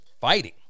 fighting